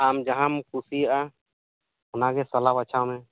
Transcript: ᱟᱢ ᱡᱟᱦᱟᱸᱢ ᱠᱩᱥᱤᱭᱟᱜᱼᱟ ᱚᱱᱟ ᱜᱮ ᱥᱟᱞᱟ ᱵᱟᱪᱷᱟᱣ ᱢᱮ